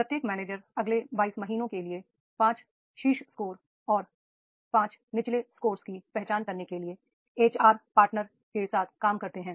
प्रत्येक मैनेजर अगले 22 महीनों के लिए 5 शीर्ष स्कोर और 5 निचले स्कोर की पहचान करने के लिए एचआर पार्टनर के साथ काम करते हैं